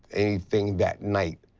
anything that night,